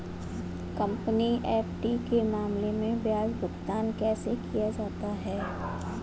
Company FD के मामले में ब्याज भुगतान कैसे किया जाता है?